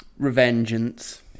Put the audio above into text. revengeance